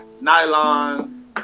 nylon